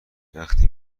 وقتی